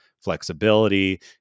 flexibility